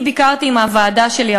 אני ביקרתי עם הוועדה שלי,